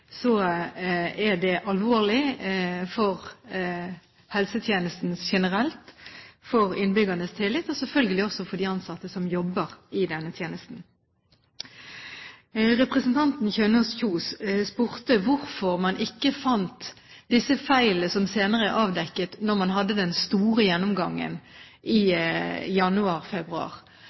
er det alvorlig for helsetjenesten generelt, for innbyggernes tillit og selvfølgelig også for de ansatte som jobber i denne tjenesten. Representanten Kjønaas Kjos spurte om hvorfor man ikke fant disse feilene som senere er avdekket, da man hadde den store gjennomgangen i